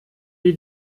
die